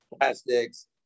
plastics